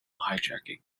hijacking